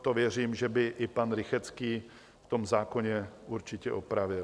To věřím, že by i pan Rychetský v tom zákoně určitě opravil.